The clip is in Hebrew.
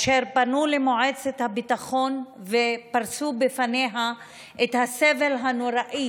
אשר פנו למועצת הביטחון ופרסו בפניה את הסבל הנוראי